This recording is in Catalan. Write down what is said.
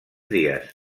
dies